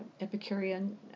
Epicurean